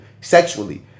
Sexually